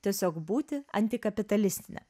tiesiog būti antikapitalistine